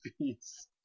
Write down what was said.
peace